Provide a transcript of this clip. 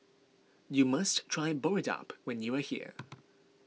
you must try Boribap when you are here